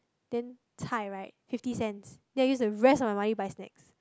then zai right fifty cents then I use the rest of my money buy snacks